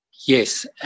Yes